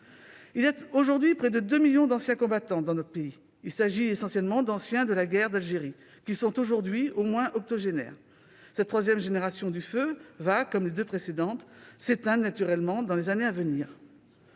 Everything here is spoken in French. Il y a aujourd'hui près de 2 millions d'anciens combattants dans notre pays. Il s'agit essentiellement d'anciens de la guerre d'Algérie, qui sont aujourd'hui au moins octogénaires. Cette troisième génération du feu va, comme les deux précédentes, s'éteindre naturellement dans les années à venir.